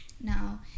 Now